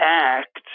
act